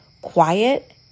quiet